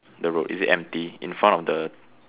the road is it empty in front of the